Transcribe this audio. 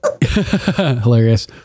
hilarious